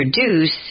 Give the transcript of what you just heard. introduce